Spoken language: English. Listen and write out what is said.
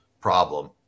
problem